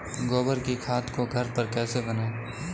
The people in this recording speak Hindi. गोबर की खाद को घर पर कैसे बनाएँ?